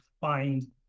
find